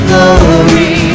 Glory